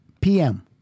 PM